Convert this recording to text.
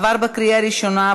עברה בקריאה ראשונה,